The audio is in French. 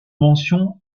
mention